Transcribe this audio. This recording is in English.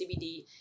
CBD